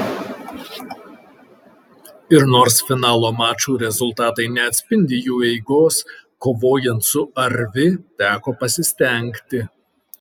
ir nors finalo mačų rezultatai neatspindi jų eigos kovojant su arvi teko pasistengti